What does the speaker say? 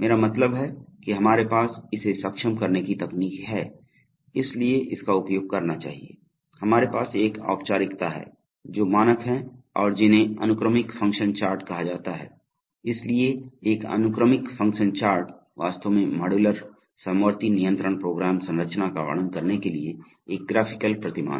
मेरा मतलब है कि हमारे पास इसे सक्षम करने की तकनीक है इसलिए इसका उपयोग करना चाहिए हमारे पास एक औपचारिकता है जो मानक हैं और जिन्हें अनुक्रमिक फ़ंक्शन चार्ट कहा जाता है इसलिए एक अनुक्रमिक फ़ंक्शन चार्ट वास्तव में मॉड्यूलर समवर्ती नियंत्रण प्रोग्राम संरचना का वर्णन करने के लिए एक ग्राफिकल प्रतिमान है